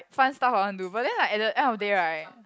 fun stuff I want to do but then like at the end of the day right